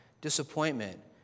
disappointment